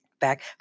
back